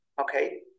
Okay